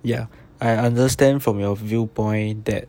ya understand from your viewpoint that